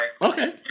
Okay